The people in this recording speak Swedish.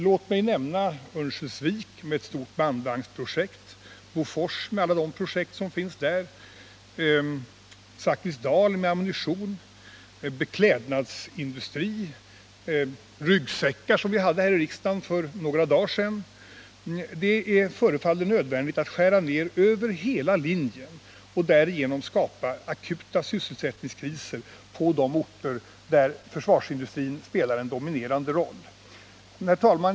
Låt mig nämna Örnsköldsvik med ett stort bandvagnsprojekt, Bofors med alla de projekt som finns där, Zakrisdal med ammunition, orter med beklädnadsindustri, orter med ryggsäckstillverkning, som vi talade om här i riksdagen för några dagar sedan. Det förefaller nödvändigt att skära ned över hela linjen och därigenom skapa akuta sysselsättningskriser på de orter där försvarsindustrin spelar en dominerande roll. Herr talman!